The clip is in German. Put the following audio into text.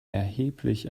erheblich